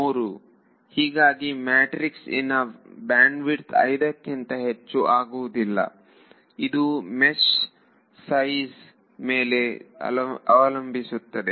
3 ಹೀಗಾಗಿ ಮ್ಯಾಟ್ರಿಕ್ಸ್ಇನ ಬ್ಯಾಂಡ್ವಿಡ್ತ್ 5 ಕಿಂತ ಹೆಚ್ಚು ಆಗುವುದಿಲ್ಲ ಇದು ಮೆಷ್ನ ಸೈಜ್ ಮೇಲು ಅವಲಂಬಿಸುವುದಿಲ್ಲ